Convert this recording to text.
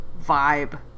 vibe